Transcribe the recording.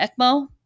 ECMO